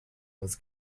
was